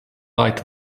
light